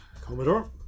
Commodore